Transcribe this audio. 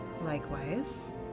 Likewise